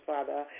Father